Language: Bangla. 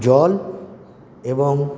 জল এবং